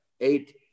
eight